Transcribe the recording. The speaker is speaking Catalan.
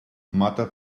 mata